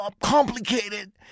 complicated